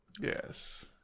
yes